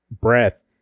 breath